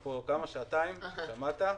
בבקשה.